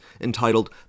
entitled